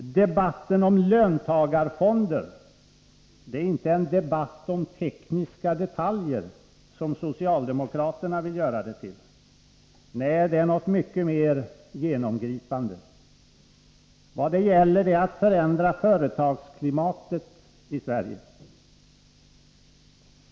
Debatten om löntagarfonder är inte en debatt om tekniska detaljer, som socialdemokraterna vill göra det till. Nej, det är något mycket mer genomgripande. Vad det gäller är att förändra företagsklimatet i Sverige.